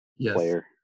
player